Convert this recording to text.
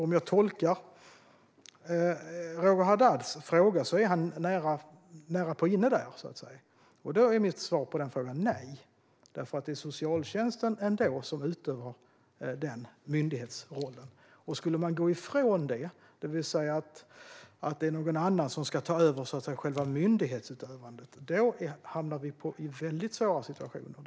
Om jag tolkar Roger Haddads fråga rätt är han närapå inne på det, och mitt svar på den frågan är nej. Det är socialtjänsten som utövar denna myndighetsroll. Om man skulle gå ifrån detta - om någon annan skulle ta över myndighetsutövandet - skulle vi hamna i väldigt svåra situationer.